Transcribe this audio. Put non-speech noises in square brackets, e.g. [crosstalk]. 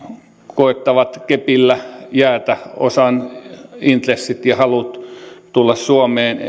koettavat kepillä jäätä osan intressit ja halut tulla suomeen [unintelligible]